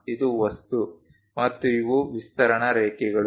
ಇದು ವಸ್ತು ಮತ್ತು ಇವು ವಿಸ್ತರಣಾ ರೇಖೆಗಳು